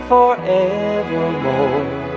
Forevermore